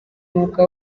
umwuga